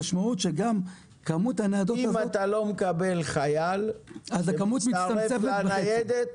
המשמעות שגם כמות הניידות --- אם אתה לא מקבל חייל שמצטרף לניידת,